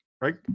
Right